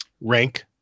rank